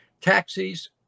Taxis